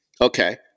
Okay